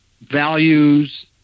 values